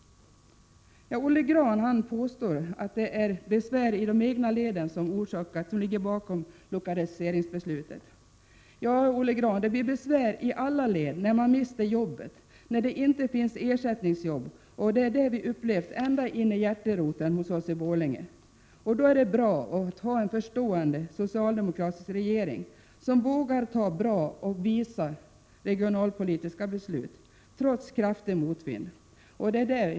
Olle Grahn påstår att det är besvär inom de egna leden som ligger bakom lokaliseringsbeslut. Ja, Olle Grahn, det blir besvär i alla led, när man mister jobbet och när det inte finns ersättningsjobb. Detta har vi i Borlänge fått uppleva ända in i hjärteroten. Då är det bra att ha en förstående socialdemokratisk regering, som trots kraftig motvind vågar fatta bra och visa regionalpolitiska beslut.